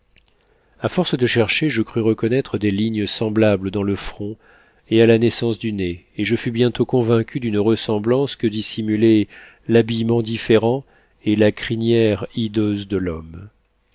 a force de chercher je crus reconnaître des lignes semblables dans le front et à la naissance du nez et je fus bientôt convaincu d'une ressemblance que dissimulaient l'habillement différent et la crinière hideuse de l'homme